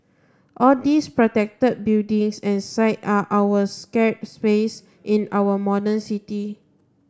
all these protected buildings and sites are our sacred spaces in our modern city